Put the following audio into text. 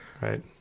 right